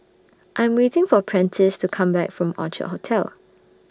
I'm waiting For Prentice to Come Back from Orchard Hotel